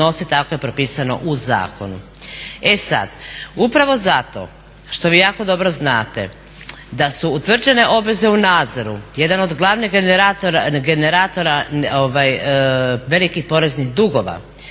tako je propisano u zakonu.